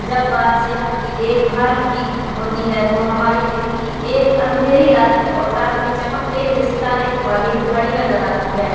جب بات صحت کی دیکھ بھال کی ہوتی ہے تو ہماری دہلی ایک اندھیری رات اور رات میں چمکتے ہوئے ستارے کے مانند کھڑی نظر آتی ہے